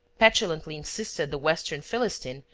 petulantly insisted the western philistine,